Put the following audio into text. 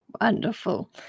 Wonderful